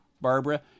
Barbara